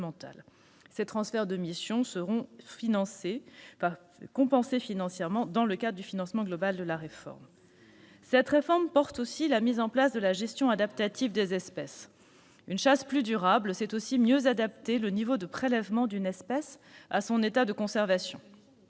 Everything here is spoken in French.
Ces transferts de mission seront compensés financièrement dans le cadre du financement global de la réforme. Cette réforme prévoit également la mise en place de la gestion adaptative des espèces. Une chasse plus durable permet de mieux adapter le niveau de prélèvement d'une espèce à son état de conservation.